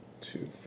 Two